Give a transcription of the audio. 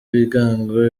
ibigango